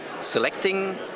selecting